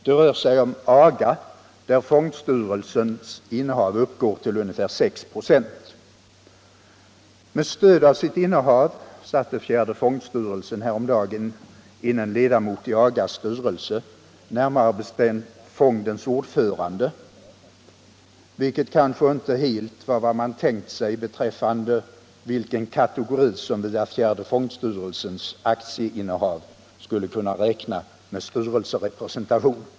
Det rör sig om AGA, där fondstyrelsens innehav uppgår till ungefär 6 96. Med stöd av sitt innehav satte fjärde fondstyrelsen häromdagen in en ledamot i AGA:s styrelse, närmare bestämt fondens 23 ordförande, vilket kanske inte helt var vad man tänkt sig beträffande vilken kategori som via fjärde fondstyrelsens aktieinnehav skulle kunna räkna med styrelserepresentation.